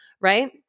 right